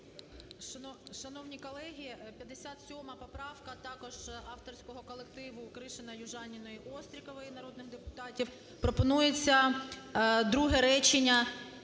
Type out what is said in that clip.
Шановні колеги, 57 поправка також авторського колективу Кришина, Южаніної, Острікової, народних депутатів. Пропонується друге речення